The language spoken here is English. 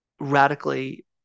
radically